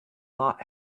not